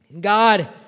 God